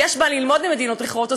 ויש מה ללמוד ממדינות אחרות,